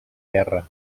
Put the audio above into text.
guerra